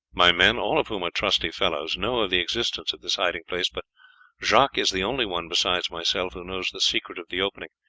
my men, all of whom are trusty fellows, know of the existence of this hiding-place, but jacques is the only one besides myself who knows the secret of the opening.